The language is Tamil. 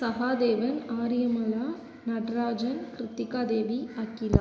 சகாதேவன் ஆரியமாலா நட்ராஜன் கிருத்திகாதேவி அகிலா